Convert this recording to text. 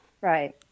Right